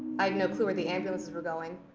i had no clue where the ambulances were going,